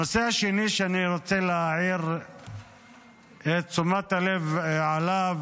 הנושא השני שאני רוצה להעיר את תשומת הלב עליו,